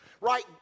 Right